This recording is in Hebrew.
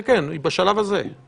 לא בשביל זה נולד השב"כ.